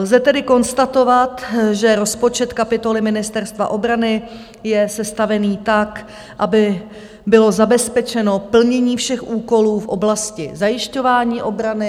Lze tedy konstatovat, že rozpočet kapitoly Ministerstva obrany je sestavený tak, aby bylo zabezpečeno plnění všech úkolů v oblasti zajišťování obrany.